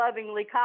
lovingly